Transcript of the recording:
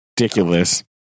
ridiculous